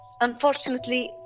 unfortunately